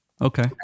okay